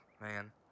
man